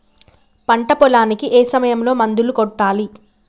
పంట పొలానికి ఏ సమయంలో మందులు కొట్టాలి?